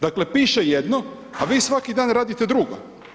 Dakle, piše jedno, a vi svaki dan radite drugo.